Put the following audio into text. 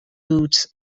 boots